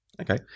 Okay